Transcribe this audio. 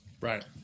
Right